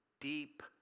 deep